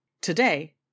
Today